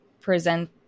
present